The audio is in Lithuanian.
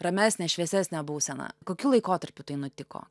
ramesnę šviesesnę būseną kokiu laikotarpiu tai nutiko